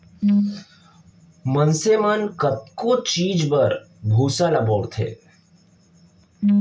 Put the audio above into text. मनसे मन कतको चीज बर भूसा ल बउरथे